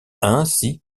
ainsi